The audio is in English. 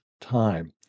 time